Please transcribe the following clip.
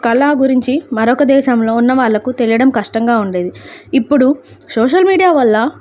కళ గురించి మరొక దేశంలో ఉన్న వాళ్ళకు తెలియడం కష్టంగా ఉండేది ఇప్పుడు సోషల్ మీడియా వల్ల